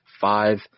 five